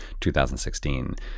2016